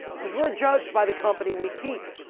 because we're judged by the company we keep.